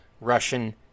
Russian